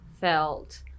felt